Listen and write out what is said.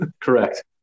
correct